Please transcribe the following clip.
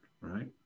right